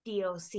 DOC